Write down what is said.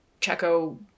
Checo